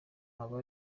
aba